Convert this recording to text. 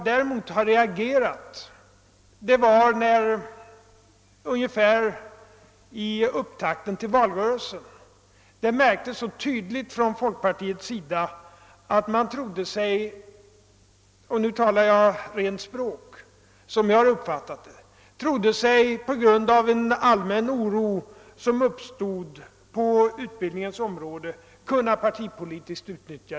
Däremot reagerade jag när det i upptakten till valrörelsen så tydligt märktes att folkpartiet, som jag uppfattade det, trodde sig — och nu talar jag rent språk — kunna partipolitiskt utnyttja en allmän oro som uppstått på utbildningens område.